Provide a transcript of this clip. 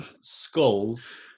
skulls